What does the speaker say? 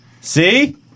See